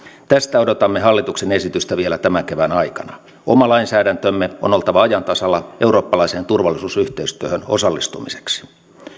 tästä odotamme hallituksen esitystä vielä tämän kevään aikana oman lainsäädäntömme on oltava ajan tasalla eurooppalaiseen turvallisuusyhteistyöhön osallistumiseksi